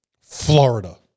Florida